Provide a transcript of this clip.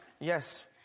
Yes